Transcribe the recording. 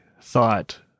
thought